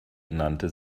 nannte